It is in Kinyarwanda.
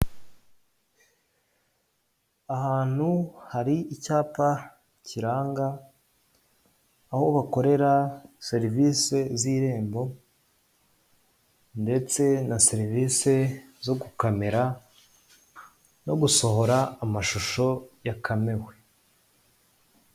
Ahantu hari icyapa kiranga aho bakorera serivisi z'Irembo ndetse na serivisi zo gukamera no gusohora amashusho yakamewe.